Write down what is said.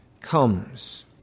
comes